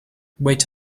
wait